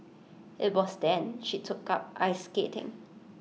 IT was then she took up ice skating